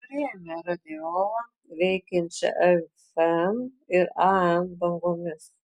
turėjome radiolą veikiančią fm ir am bangomis